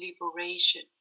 liberation